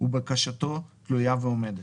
ובקשתו תלויה ועומדת."